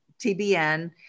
TBN